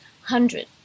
hundred